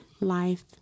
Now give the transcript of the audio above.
life